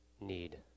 need